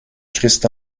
christ